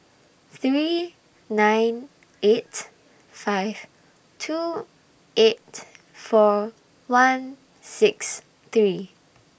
three nine eight five two eight four one six three